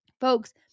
Folks